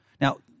Now